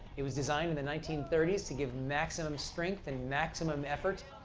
it was designed in the nineteen thirty s to give maximum strength and maximum effort.